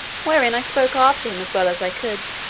wherein i spoke after him as well as i could,